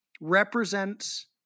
represents